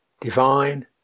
divine